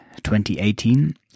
2018